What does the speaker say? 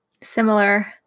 Similar